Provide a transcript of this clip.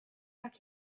back